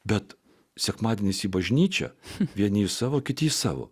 bet sekmadieniais į bažnyčią vieni savo kiti savo